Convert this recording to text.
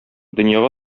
дөньяга